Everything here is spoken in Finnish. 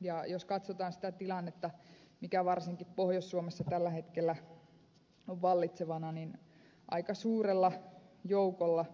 ja jos katsotaan sitä tilannetta mikä varsinkin pohjois suomessa tällä hetkellä on vallitsevana aika suurella joukolla